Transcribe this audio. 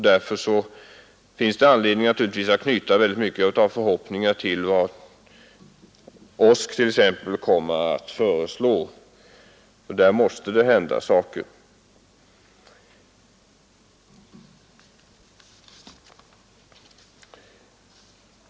Därför finns det särskild anledning att knyta förhoppningar till vad exempelvis OSK kommer att föreslå.